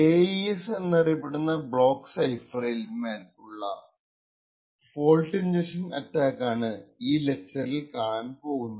AES എന്നറിയപ്പെടുന്ന block സൈഫറിൻ മേൽ ഉള്ള ഫോൾട്ട് ഇൻജെക്ഷൻ അറ്റാക്കാണ് ഈ ലെക്ച്ചറിൽ കാണാൻ പോകുന്നത്